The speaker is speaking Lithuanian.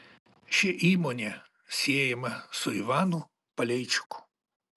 ši įmonė siejama su ivanu paleičiku